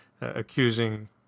accusing